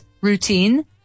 routine